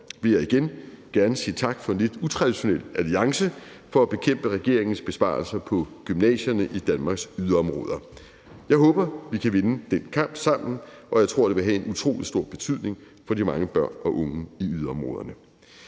vil jeg igen gerne sige tak for en lidt utraditionel alliance for at bekæmpe regeringens besparelser på gymnasierne i Danmarks yderområder. Jeg håber, vi kan vinde den kamp sammen, og jeg tror, det vil have en utrolig stor betydning for de mange børn og unge i yderområderne.